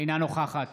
אינה נוכחת